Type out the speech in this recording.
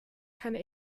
keine